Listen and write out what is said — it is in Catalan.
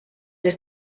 les